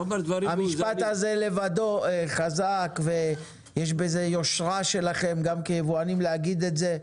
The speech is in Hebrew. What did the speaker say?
המשפט הזה לבדו הוא חזק ויש בו יושרה שלכם גם כיבואנים להגיד את זה.